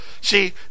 See